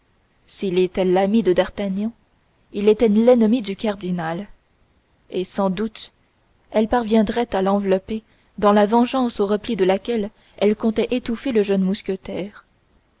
s'il était l'ami de d'artagnan il était l'ennemi du cardinal et sans doute elle parviendrait à l'envelopper dans la vengeance aux replis de laquelle elle comptait étouffer le jeune mousquetaire